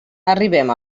arribem